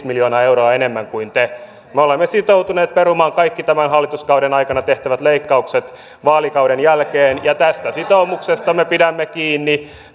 miljoonaa euroa enemmän kuin te me olemme sitoutuneet perumaan kaikki tämän hallituskauden aikana tehtävät leikkaukset vaalikauden jälkeen ja tästä sitoumuksesta me pidämme kiinni